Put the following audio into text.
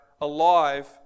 alive